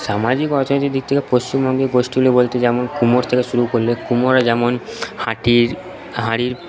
সামাজিক দিক থেকে পশ্চিমবঙ্গে গোষ্ঠীগুলো বলতে যেমন কুমোর থেকে শুরু করলে কুমোররা যেমন হাঁটির হাঁড়ি